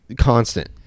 constant